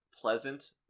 pleasant